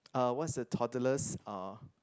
uh what's the toddler's ah